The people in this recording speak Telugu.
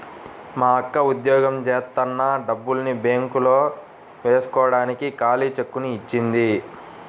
మా అక్క ఉద్యోగం జేత్తన్న డబ్బుల్ని బ్యేంకులో వేస్కోడానికి ఖాళీ చెక్కుని ఇచ్చింది